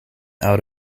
out